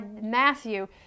Matthew